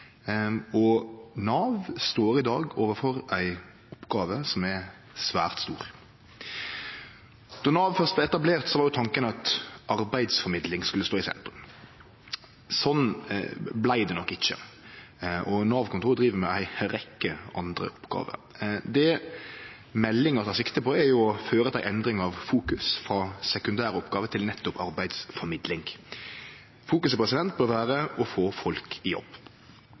og Nav står i dag overfor ei oppgåve som er svært stor. Då Nav først vart etablert, var tanken at arbeidsformidling skulle stå i sentrum. Sånn vart det nok ikkje, og Nav-kontor driv med ei rekkje andre oppgåver. Det meldinga tek sikte på, er å endre fokus frå sekundæroppgåver til nettopp arbeidsformidling. Fokuset bør vere å få folk i jobb.